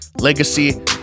legacy